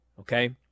okay